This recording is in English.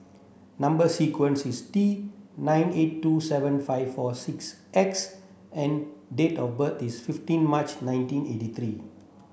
number sequence is T nine eight two seven five four six X and date of birth is fifteen March nineteen eighty three